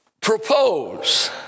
propose